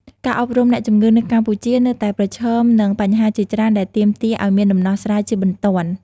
ការអប់រំអ្នកជំងឺនៅកម្ពុជានៅតែប្រឈមនឹងបញ្ហាជាច្រើនដែលទាមទារឱ្យមានដំណោះស្រាយជាបន្ទាន់។